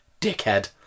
Dickhead